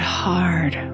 hard